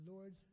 Lord